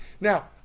Now